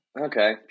Okay